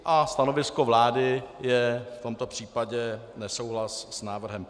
A stanovisko vlády je v tomto případě nesouhlas s návrhem.